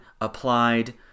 applied